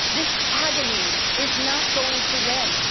this agony is not going to win,